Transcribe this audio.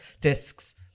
Discs